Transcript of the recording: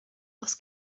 oes